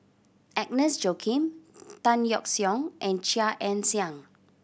Agnes Joaquim Tan Yeok Seong and Chia Ann Siang